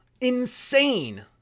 Insane